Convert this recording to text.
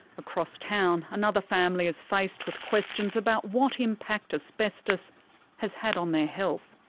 across town, another family is faced with questions about what impact asbestos has had on their health.